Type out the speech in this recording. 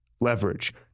leverage